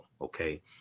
Okay